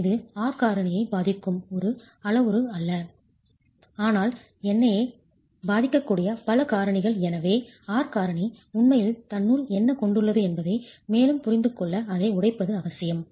இது R காரணியை பாதிக்கும் ஒரு அளவுரு அல்ல ஆனால் எண்ணையே பாதிக்கக்கூடிய பல காரணிகள் எனவே R காரணி உண்மையில் தன்னுள் என்ன கொண்டுள்ளது என்பதை மேலும் புரிந்து கொள்ள அதை உடைப்பது அவசியம்